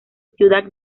ciudad